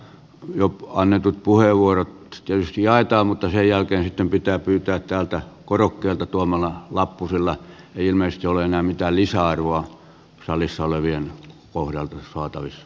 jo annetut puheenvuorot tietysti jaetaan mutta sen jälkeen sitten pitää pyytää täältä korokkeelta tuomalla lappu sillä ilmeisesti ei ole enää mitään lisäarvoa salissa olevien kohdalta saatavissa